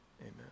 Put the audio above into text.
amen